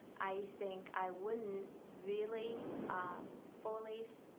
i think i wouldn't really fully,